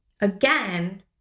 again